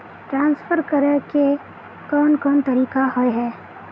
Transfer करे के कोन कोन तरीका होय है?